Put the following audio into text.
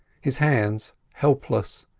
his hands helpless.